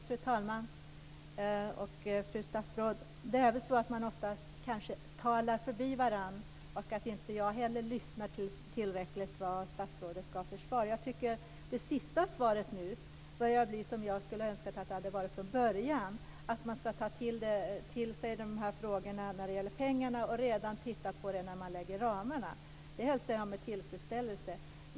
Fru talman! Fru statsråd! Ofta talar man kanske förbi varandra. Jag kanske inte heller lyssnade tillräckligt till statsrådets svar. Det senaste svaret var som jag hade önskat att det skulle ha varit från början, nämligen att man ska ta till sig de här frågorna när det gäller pengarna och att man ska titta på det redan när man lägger ramarna. Det hälsar jag med tillfredsställelse.